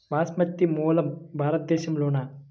బాస్మతి మూలం భారతదేశంలోనా?